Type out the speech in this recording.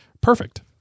perfect